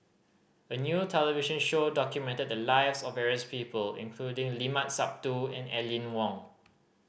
a new television show documented the lives of various people including Limat Sabtu and Aline Wong